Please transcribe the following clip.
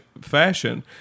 fashion